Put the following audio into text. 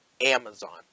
Amazon